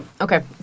Okay